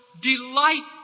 delight